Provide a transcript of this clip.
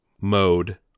mode